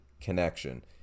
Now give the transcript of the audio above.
connection